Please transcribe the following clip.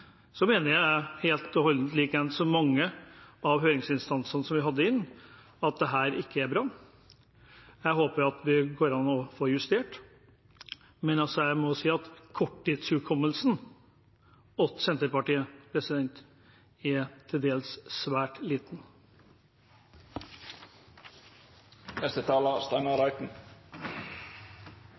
Så mener jeg helt og holdent, likeens som mange av høringsinstansene som vi hadde inne, at dette ikke er bra. Jeg håper at det går an å få det justert. Men jeg må si at korttidshukommelsen til Senterpartiet er til dels svært